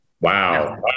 wow